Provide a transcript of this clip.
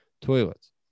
toilets